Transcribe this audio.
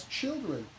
children